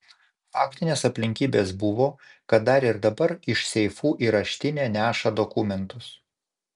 faktinės aplinkybės buvo kad dar ir dabar iš seifų į raštinę neša dokumentus